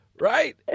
Right